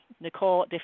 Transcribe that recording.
Nicole